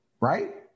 right